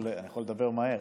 אני יכול לדבר מהר.